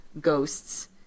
ghosts